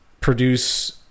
produce